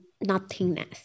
nothingness